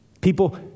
People